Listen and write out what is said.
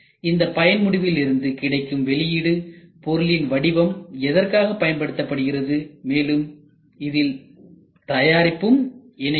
இந்த பயன் முடிவில் இருந்து கிடைக்கும் வெளியீடு பொருளின் வடிவம் எதற்காக பயன்படுத்தப்படுகிறது மேலும் இதில் தயாரிப்பும் இணைகிறது